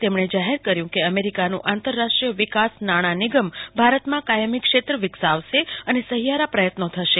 તેમણે જાહેર કર્યું કે અમેરિકાનું આંતરરાષ્ટ્રીય વિકાસ નાણાં નિગમ ભારતમાં કાયમી ક્ષેત્ર વિકસાવશે અને સહિયારા પ્રયત્નો થશે